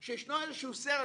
שיש סרט,